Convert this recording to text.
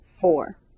four